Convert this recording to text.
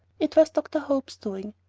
it was dr. hope's doing,